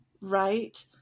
Right